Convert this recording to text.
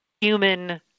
human